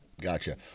Gotcha